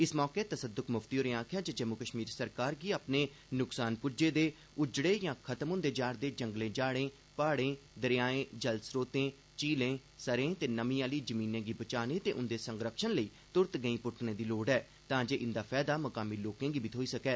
इस मौके तसददुक मुफ्ती होरें आक्खेआ जे जम्मू कश्मीर सरकार गी अपने नुक्सान प्रज्जे दे उज्जड़दे या खत्म हुंदे जा'रे जंगलें जाड़ें पहाड़ें दरयाएं जल स्रोतें झीलें सरें ते नमीं आलियें जिमीएं गी बचाने उंदे संरक्षण लेई तुरंत गैंई पुट्टने दी लोड़ ऐ तां जे इंदा फैयदा मकामी लोकें गी बी थोई सकै